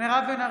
מירב בן ארי,